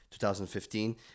2015